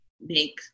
make